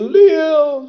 live